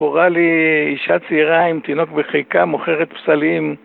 קוראת לי אישה צעירה עם תינוק בחיקה, מוכרת פסלים